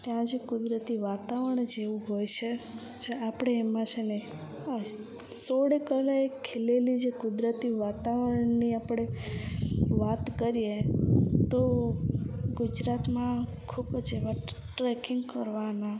ત્યાં જે કુદરતી વાતાવરણ જ એવું હોય છે જે આપણે એમાં છે ને સોળે કળાએ ખીલેલી જે કુદરતી વાતાવરણની આપણે વાત કરીએ તો ગુજરાતમાં ખૂબ જ એવાં ટ્રેકિંગ કરવાનાં